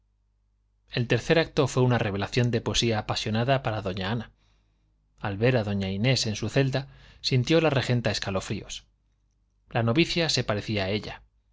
el tercer acto fue una revelación de poesía apasionada para doña ana al ver a doña inés en su celda sintió la regenta escalofríos la novicia se parecía a ella